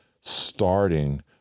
starting